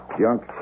junk